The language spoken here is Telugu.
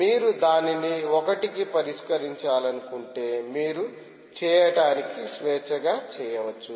మీరు దానిని 1 కి పరిష్కరించాలనుకుంటే మీరు చేయటానికి స్వేచ్ఛగా చేయవచ్చు